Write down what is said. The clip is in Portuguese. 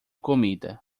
comida